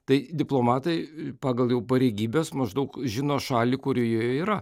tai diplomatai pagal jau pareigybes maždaug žino šalį kurioje jie yra